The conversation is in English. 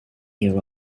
year